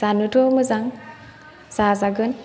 जानोथ' मोजां जाजागोन